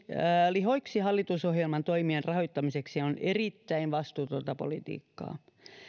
lihoiksi hallitusohjelman toimien rahoittamiseksi on erittäin vastuutonta politiikkaa